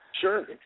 Sure